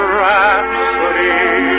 rhapsody